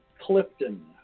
Clifton